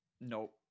Nope